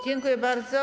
Dziękuję bardzo.